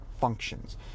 functions